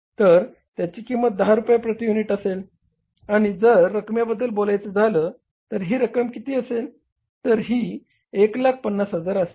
तर त्याची किंमत 10 रुपये प्रती युनिट असेल आणि जर रकमेबद्दल बोलायचं झाल तर ही रक्कम किती असेल तर ही 150000 असेल